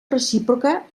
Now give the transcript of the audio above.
recíproca